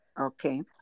Okay